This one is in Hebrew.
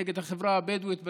נגד החברה הבדואית בדרום.